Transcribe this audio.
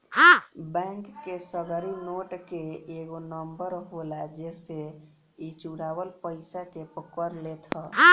bank के सगरी note के एगो नंबर होला जेसे इ चुरावल पईसा के पकड़ लेत हअ